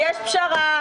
יש מתווה, יש פשרה.